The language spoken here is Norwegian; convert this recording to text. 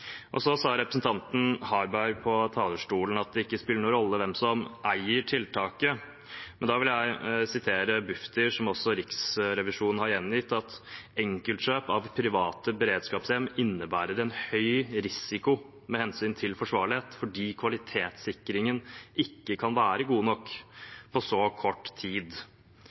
Så sa representanten Harberg fra talerstolen at det ikke spiller noen rolle hvem som eier tiltaket. Da vil jeg vise til noe Bufdir har skrevet, som også Riksrevisjonen har gjengitt, om at enkeltkjøp av private beredskapshjem innebærer en høy risiko med hensyn til forsvarlighet, fordi kvalitetssikringen ikke kan være god nok på så kort tid.